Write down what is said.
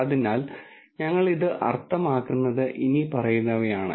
അതിനാൽ ഞങ്ങൾ ഇത് അർത്ഥമാക്കുന്നത് ഇനിപ്പറയുന്നവയാണ്